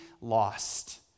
lost